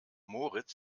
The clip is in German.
moritz